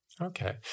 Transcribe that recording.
Okay